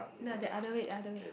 no the other way the other way